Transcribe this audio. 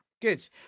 Good